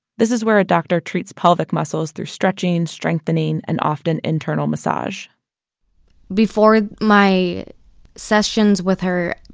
this is where doctor treats pelvic muscles through stretching strengthening and often internal massage before my sessions with her,